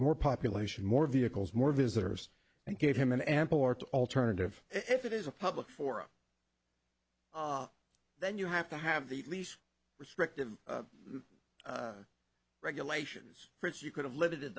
more population more vehicles more visitors and gave him an ample arts alternative if it is a public forum then you have to have the least restrictive regulations for it you could have limited